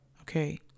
Okay